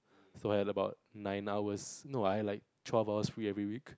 so I had about nine hours no I have like twelve hours free every week